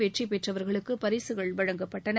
வெற்றி பெற்றவர்களுக்கு பரிசுகள் வழங்கப்பட்டன